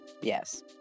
Yes